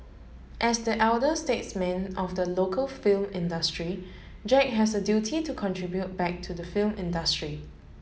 as the elder statesman of the local film industry Jack has a duty to contribute back to the film industry